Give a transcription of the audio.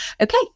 Okay